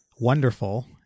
wonderful